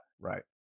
Right